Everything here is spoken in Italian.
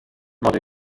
modo